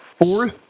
Fourth